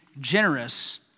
generous